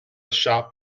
shop